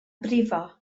brifo